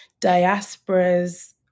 diasporas